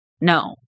No